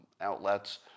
outlets